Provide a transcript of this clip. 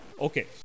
Okay